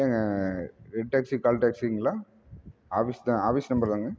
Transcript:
ஏங்க red taxi call டேக்சிங்களா office தான் ஆஃபிஸ் நம்பர் தாங்க